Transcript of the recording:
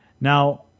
Now